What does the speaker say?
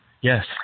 Yes